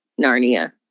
Narnia